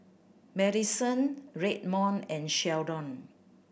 Maddison Redmond and Sheldon